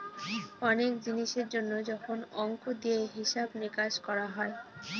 অনেক জিনিসের জন্য যখন অংক দিয়ে হিসাব নিকাশ করা হয়